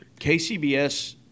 KCBS